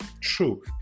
true